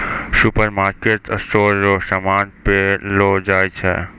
सुपरमार्केटमे स्टोर रो समान पैलो जाय छै